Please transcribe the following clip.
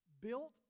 built